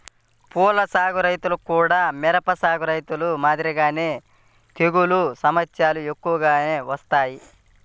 పూల సాగు రైతులకు గూడా మిరప సాగు రైతులు మాదిరిగానే తెగుల్ల సమస్యలు ఎక్కువగా వత్తాయి